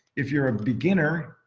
if you're a beginner,